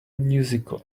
musical